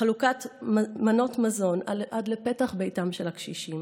חלוקת מנות מזון עד לפתח ביתם של הקשישים.